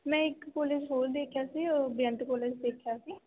ਮੈਂ ਇੱਕ ਕੋਲੇਜ ਹੋਰ ਦੇਖਿਆ ਸੀ ਉਹ ਬੇਅੰਤ ਕੋਲੇਜ ਦੇਖਿਆ ਸੀ